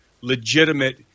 legitimate